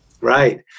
right